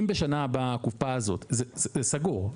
זה סגור,